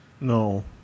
No